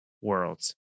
worlds